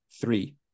three